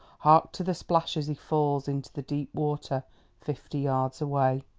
hark to the splash as he falls into the deep water fifty yards away.